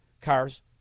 cars